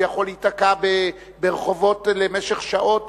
והוא יכול להיתקע ברחובות למשך שעות